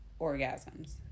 orgasms